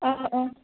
অঁ অঁ